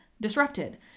disrupted